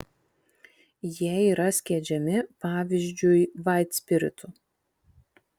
jie yra skiedžiami pavyzdžiui vaitspiritu